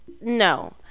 No